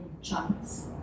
chunks